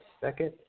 second